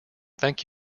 thank